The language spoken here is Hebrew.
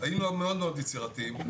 היינו מאוד מאוד יצירתיים.